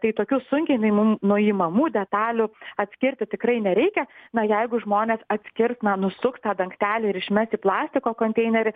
tai tokių sunkiai nuimam nuimamų detalių atskirti tikrai nereikia na jeigu žmonės atskirt na nusukt tą dangtelį ir išmes į plastiko konteinerį